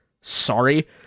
Sorry